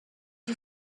you